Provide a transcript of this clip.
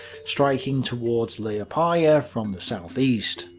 striking towards liepaja from the southeast.